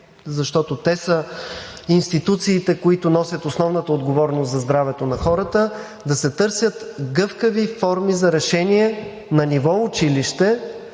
защото те са институциите, които носят основната отговорност за здравето на хората, да търсят гъвкави форми за решение на ниво училище